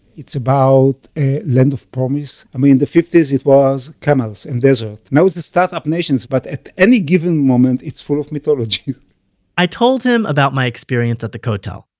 it's about land of promise. i mean in the fifty s it was camels and desert. now it's the start up nations. but at any given moment it's full of mythology i told him about my experience at the kotel.